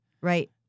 Right